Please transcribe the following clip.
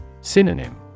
Synonym